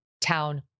town